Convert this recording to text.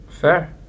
Fair